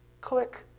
Click